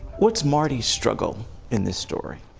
what is marty's struggle in this story?